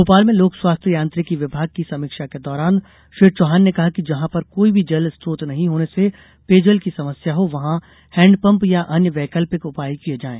भोपाल में लोक स्वास्थ्य यांत्रिकी विभाग की समीक्षा के दौरान श्री चौहान ने कहा कि जहां पर कोई भी जल स्त्रोत नहीं होने से पेय जल की समस्या हो वहां हेडपंप या अन्य वैकल्पिक उपाय किये जाएं